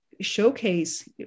showcase